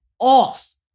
off